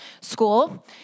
School